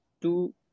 two